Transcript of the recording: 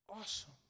awesome